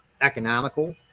economical